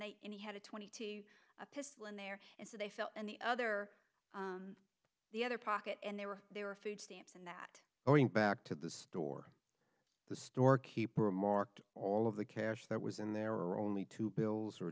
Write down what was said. they and he had a twenty two pistol in there and so they fell in the other the other pocket and they were they were food stamps and that going back to the store the store keeper remarked all of the cash that was in there are only two bills or